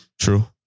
True